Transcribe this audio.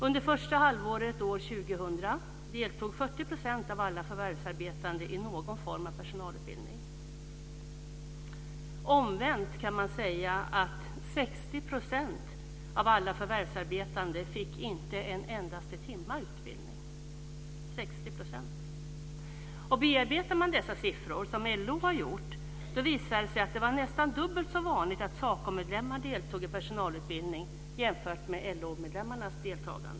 Under första halvåret år 2000 deltog 40 % av alla förvärvsarbetande i någon form av personalutbildning. Omvänt kan man säga att 60 % av alla förvärvsarbetande inte fick en endaste timmes utbildning - 60 %! Bearbetar man dessa siffror, som LO har gjort, så visar det sig att det är nästan dubbelt så vanligt att SACO-medlemmar deltar i personalutbildning som att LO-medlemmar deltar.